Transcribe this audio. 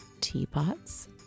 Teapots